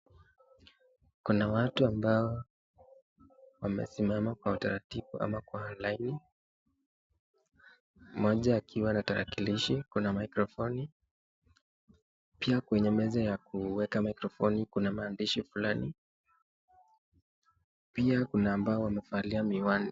Kuna watu ambao wamesimama kwa utaratibu au kwa laini, moja akiwa na tarakilishi, kuna microfoni, pia kwenye meza ya kuweka microfoni kuna maandishi pia kuna ambao wamevalia miwani.